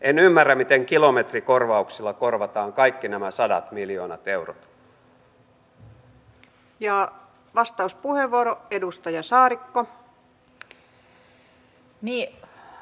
en ymmärrä miten kilometrikorvauksilla korvataan kaikki nämä sadat miljoonat eurot